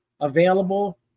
available